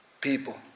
people